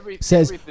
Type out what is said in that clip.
says